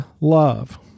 love